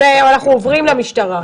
ואז נעבור למשטרה.